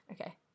Okay